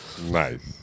nice